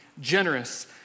generous